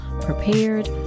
prepared